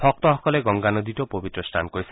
ভক্তসকলে গংগা নদীতো পৱিত্ৰ স্নান কৰিছে